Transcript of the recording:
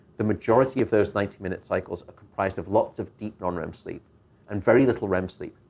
the majority of those ninety minute cycles are comprised of lots of deep non-rem sleep and very little rem sleep.